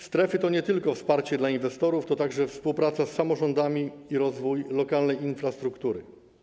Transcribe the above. Strefy to nie tylko wsparcie dla inwestorów, to także współpraca z samorządami i rozwój lokalnej infrastruktury.